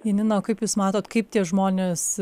janina o kaip jūs matot kaip tie žmonės